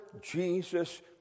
Jesus